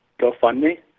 GoFundMe